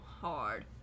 hard